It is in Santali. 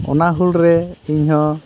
ᱚᱱᱟ ᱦᱩᱞᱨᱮ ᱤᱧᱦᱚᱸ